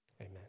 Amen